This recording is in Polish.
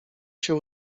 się